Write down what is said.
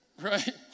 right